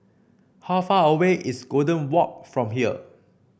how far away is Golden Walk from here